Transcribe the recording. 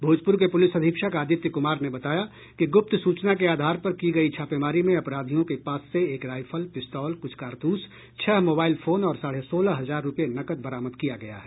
भोजप्र के प्रलिस अधीक्षक आदित्य क्मार ने बताया कि ग्रप्त सूचना के आधार पर की गयी छापेमारी में अपराधियों के पास से एक राईफल पिस्तौल क्छ कारतूस छह मोबाइल फोन और साढ़े सोलह हजार रुपये नकद बरामद किया गया है